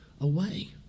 away